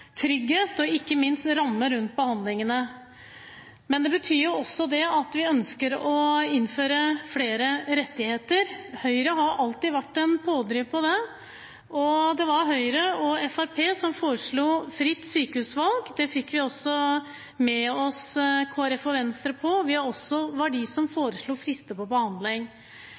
trygghet og ikke minst en ramme rundt behandlingene. Det betyr også at vi ønsker å innføre flere rettigheter. Høyre har alltid vært en pådriver for det, og det var Høyre og Fremskrittspartiet som foreslo fritt sykehusvalg. Det fikk vi også med oss Kristelig Folkeparti og Venstre på, og det var de som foreslo frister for behandling.